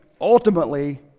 ultimately